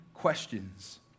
Questions